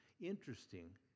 Interesting